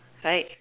right